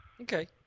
Okay